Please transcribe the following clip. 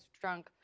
drunk